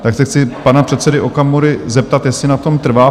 Tak se chci pana předsedy Okamury zeptat, jestli na tom trvá?